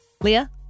Leah